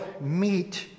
meet